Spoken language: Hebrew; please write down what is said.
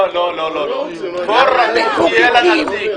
לא, כל רשות יהיה לה נציג.